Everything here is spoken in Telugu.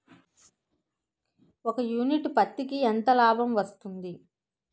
ఒక యూనిట్ పత్తికి ఎంత లాభం వస్తుంది?